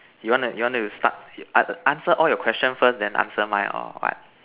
you want to you want to start an answer all your question first then answer mine or what